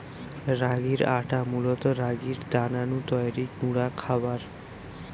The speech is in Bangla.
রাগির আটা মূলত রাগির দানা নু তৈরি গুঁড়া খাবার